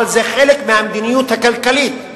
אבל זה חלק מהמדיניות הכלכלית.